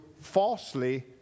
falsely